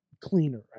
cleaner